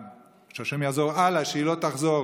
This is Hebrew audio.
שהשם יעזור הלאה שהיא לא תחזור,